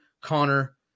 Connor